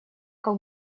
как